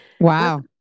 Wow